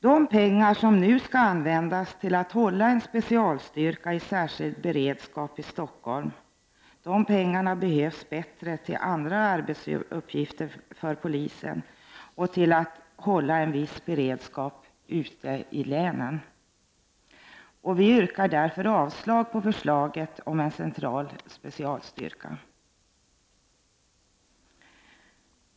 De pengar som nu skall användas till att hålla en specialstyrka i särskild beredskap i Stockholm behövs bättre till andra arbetsuppgifter för polisen och till att hålla en viss beredskap ute i länen. Vi yrkar därför avslag på förslaget om en central specialstyrka.